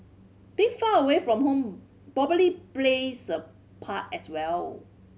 being far away from home plays a part as well